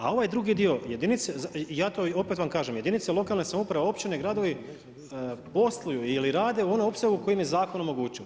A ovaj drugi dio, jedinice, ja to opet vam kažem, jedinice lokalne samouprave, općine ili gradovi, posluju ili rade u onom opsegu koji im je zakon omogućio.